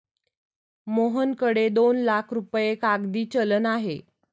मोहनकडे दोन लाख रुपये कागदी चलन आहे